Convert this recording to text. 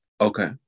Okay